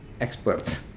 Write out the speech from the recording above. expert